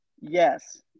yes